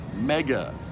Mega